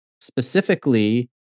specifically